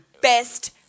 best